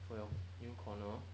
for your new corner